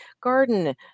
Garden